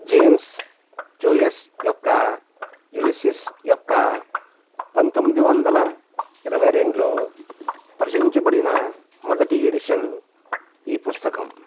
James Joyce యొక్క Ulysses యొక్క పంతొమ్మిది వందల ఇరవై రెండులో ప్రచురించబడిన మొదటి ఎడిషన్ ఈ పుస్తకం